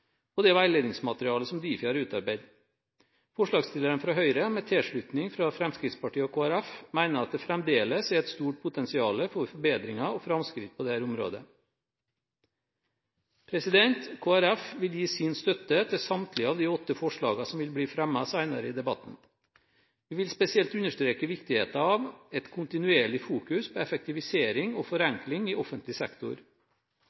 og det veiledningsmaterialet som Difi har utarbeidet. Forslagsstillerne fra Høyre, med tilslutning fra Fremskrittspartiet og Kristelig Folkeparti, mener at det fremdeles er et stort potensial for forbedringer og framskritt på dette området. Kristelig Folkeparti støtter samtlige av de åtte forslagene som vil bli fremmet senere i debatten. Vi vil spesielt understreke viktigheten av et kontinuerlig fokus på effektivisering og